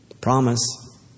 Promise